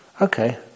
Okay